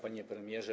Panie Premierze!